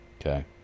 Okay